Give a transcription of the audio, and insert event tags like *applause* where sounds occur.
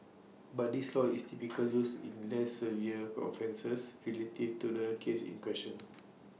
but this law is *noise* typically used in less severe offences relative to the case in questions